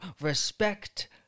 respect